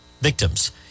victims